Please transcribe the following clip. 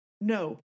No